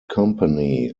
company